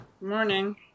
morning